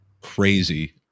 crazy